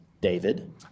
David